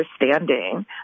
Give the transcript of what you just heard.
understanding